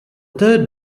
third